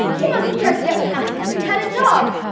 he must have tried to get past the three headed dog.